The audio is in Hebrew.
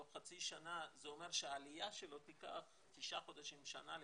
תוך חצי שנה זה אומר שהעלייה שלו תיקח תשעה חודשים עד שנה לפחות,